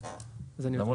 נעבור